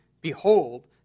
behold